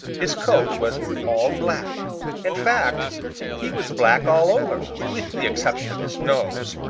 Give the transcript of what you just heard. his coat was all black in fact he was black all over, with the exception of his nose,